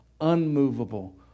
unmovable